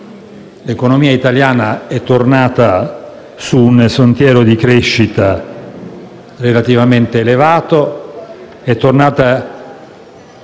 l'economia italiana è tornata su un sentiero di crescita relativamente elevato.